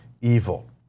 evil